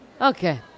Okay